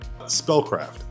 Spellcraft